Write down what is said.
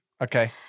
okay